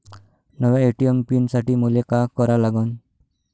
नव्या ATM pin साठी मले का करा लागन?